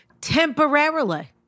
temporarily